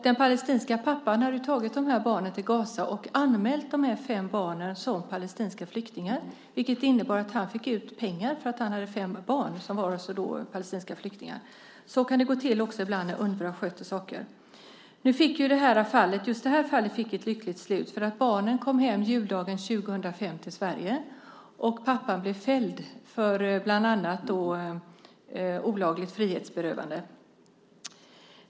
Den palestinske pappan hade tagit de fem barnen till Gaza och anmält dem som palestinska flyktingar, vilket innebar att han fick ut pengar för att han hade fem barn som var palestinska flyktingar. Så kan det också gå till ibland när Unrwa sköter saker. Just det här fallet fick ett lyckligt slut. Barnen kom hem till Sverige på juldagen 2005, och pappan blev fälld för bland annat olagligt frihetsberövande.